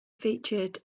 featured